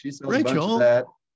Rachel